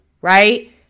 right